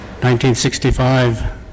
1965